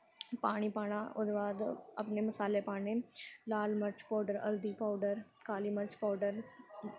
पानी पाना ओह्दे बाद अपने मसाले पाने लाल मर्च पोडर हल्दी पोडर काली मर्च पोडर